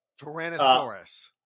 Tyrannosaurus